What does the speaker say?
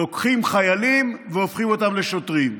לוקחים חיילים והופכים אותם לשוטרים.